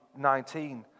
19